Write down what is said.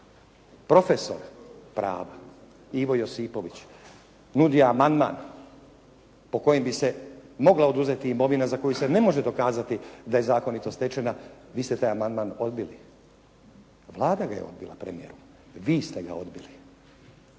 profesor prava, Ivo Josipović, nudio amandman po kojem bi se mogla oduzeti imovina za koju se ne može dokazati da je zakonito stečena, vi ste taj amandman odbili, Vlada ga je odbila premijeru, vi ste ga odbili.